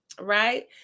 right